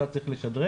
אותה צריך לשדרג,